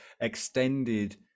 extended